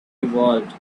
evolved